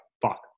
fuck